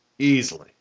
Easily